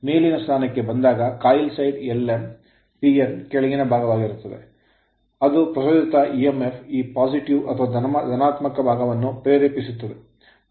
ಮೇಲಿನ ಸ್ಥಾನಕ್ಕೆ ಬಂದಾಗ coil side l m p n ಕೆಳಗಿನ ಭಾಗವಾದಾಗ ಅದು ಪ್ರಚೋದಿತ emf ಈ positive ಧನಾತ್ಮಕ ಭಾಗವನ್ನು ಪ್ರೇರೇಪಿಸುತ್ತದೆ